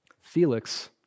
Felix